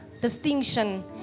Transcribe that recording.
distinction